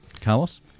Carlos